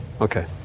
Okay